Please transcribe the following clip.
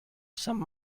some